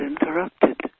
interrupted